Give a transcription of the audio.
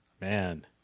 Man